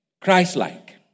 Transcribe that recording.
Christ-like